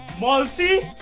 Multi